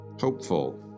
Hopeful